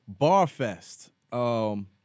BarFest